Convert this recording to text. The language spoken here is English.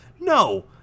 No